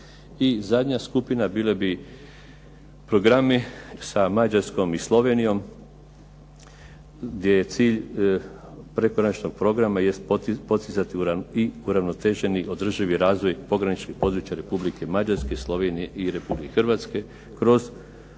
zadnja skupina bili bi programi sa Mađarskom i Slovenijom gdje cilj prekograničnog programa jest postizati i uravnoteženi održivi razvoj pograničnih područja Republike Mađarske, Slovenije i Republike Hrvatske kroz